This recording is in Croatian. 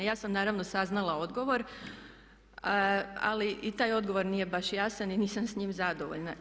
Ja sam naravno saznala odgovor ali i taj odgovor nije baš jasan i nisam s njim zadovoljna.